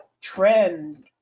trend